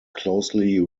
closely